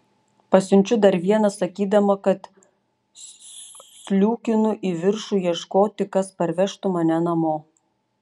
pasiunčiu dar vieną sakydama kad sliūkinu į viršų ieškoti kas parvežtų mane namo